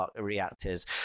reactors